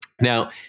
Now